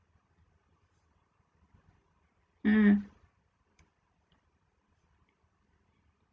mm